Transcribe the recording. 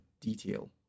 detail